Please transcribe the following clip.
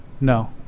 No